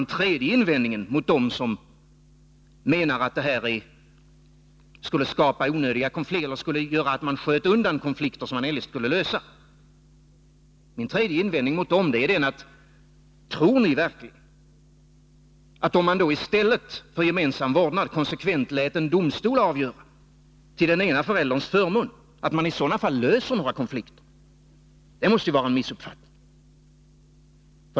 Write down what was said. Slutligen vill jag mot den som menar att gemensam vårdnad skulle permanenta konflikter som man eljest skulle lösa invända: Tror ni verkligen att man löser några konflikter om man, i stället för att genomföra gemensam vårdnad, konsekvent lät en domstol avgöra till den ena förälderns förmån? Det måste vara en missuppfattning.